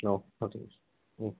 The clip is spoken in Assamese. অঁ